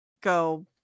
go